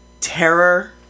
terror